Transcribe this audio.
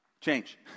change